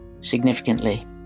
significantly